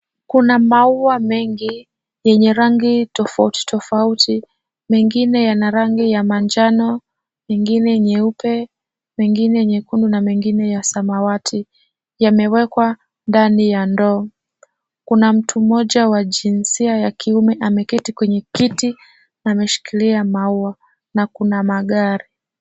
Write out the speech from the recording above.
Kuna maua mengi yenye rangi tofauti tofauti, mengine yana rangi ya manjano, mengine nyeupe, mengine mekundu na mengine ya samawati yamewekwa ndani ya ndoo. Kuna mtu mmoja wa jinsia ya kiume ame keti kwenye kiti ameshikilia maua na kuna magari.